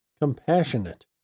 compassionate